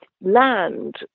land